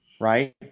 right